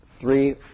three